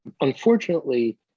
Unfortunately